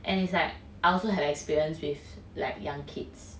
and it's like I also have experience with like young kids